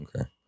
okay